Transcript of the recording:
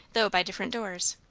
though by different doors.